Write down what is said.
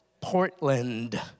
Portland